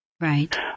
Right